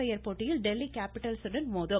பயர் போட்டியில் டெல்லி கேப்பிட்டல்ஸ் உடன் மோதும்